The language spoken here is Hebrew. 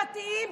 דתיים,